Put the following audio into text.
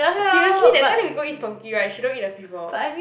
seriously that time that we go eat Song-Ke [right] she don't eat the fishball